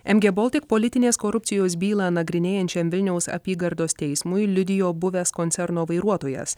em gie boltik politinės korupcijos bylą nagrinėjančiam vilniaus apygardos teismui liudijo buvęs koncerno vairuotojas